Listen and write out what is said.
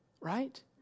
right